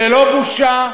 ללא בושה,